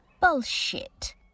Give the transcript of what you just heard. Bullshit